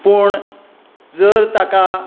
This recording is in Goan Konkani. पूण जर ताका